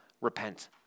repent